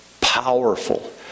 powerful